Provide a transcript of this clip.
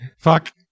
Fuck